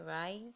Rise